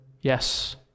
yes